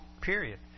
period